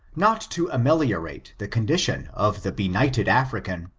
not to ameliorate the condition of the benighted african,